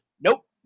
Nope